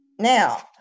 Now